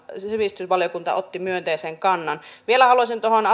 sivistysvaliokunta otti myönteisen kannan vielä haluaisin tuohon